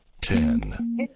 Ten